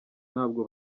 ntabwo